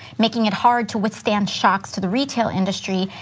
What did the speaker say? making it hard to withstand shocks to the retail industry.